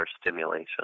stimulation